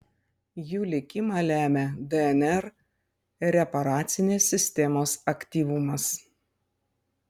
jų likimą lemia dnr reparacinės sistemos aktyvumas